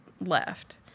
left